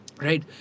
Right